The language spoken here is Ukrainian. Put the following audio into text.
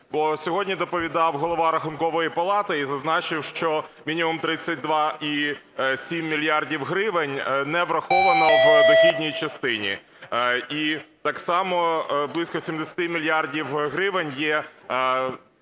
Бо сьогодні доповідав голова Рахункової палати і зазначив, що мінімум 32,7 мільярда гривень не враховано в дохідній частині. І так само близько 70 мільярдів гривень є,